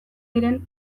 diren